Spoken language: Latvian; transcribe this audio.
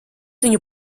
viņu